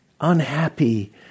unhappy